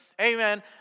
Amen